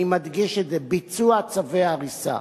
אני מדגיש את זה: ביצוע צווי הריסה.